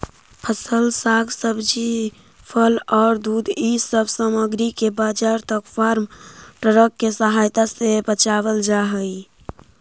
फसल, साग सब्जी, फल औउर दूध इ सब सामग्रि के बाजार तक फार्म ट्रक के सहायता से पचावल हई